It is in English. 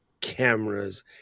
cameras